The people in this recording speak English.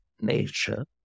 Nature